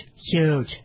huge